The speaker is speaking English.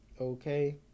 okay